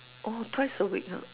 oh twice a week ah oh